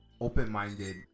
open-minded